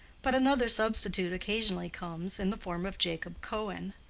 but another substitute occasionally comes in the form of jacob cohen.